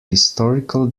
historical